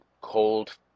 cold